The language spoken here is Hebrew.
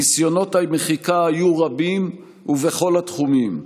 ניסיונות המחיקה היו רבים, ובכל התחומים: